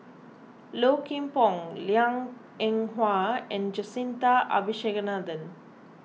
Low Kim Pong Liang Eng Hwa and Jacintha Abisheganaden